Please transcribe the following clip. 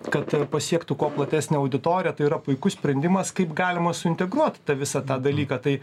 kad pasiektų kuo platesnę auditoriją tai yra puikus sprendimas kaip galima suintegruot tą visą tą dalyką tai